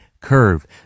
curve